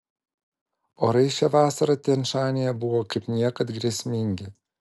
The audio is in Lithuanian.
orai šią vasarą tian šanyje buvo kaip niekad grėsmingi